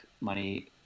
money